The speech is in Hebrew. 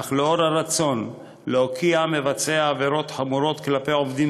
אך לאור הרצון להוקיע מבצעי עבירות חמורות כלפי עובדים